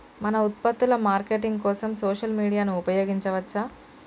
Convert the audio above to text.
మన ఉత్పత్తుల మార్కెటింగ్ కోసం సోషల్ మీడియాను ఉపయోగించవచ్చా?